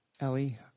Ellie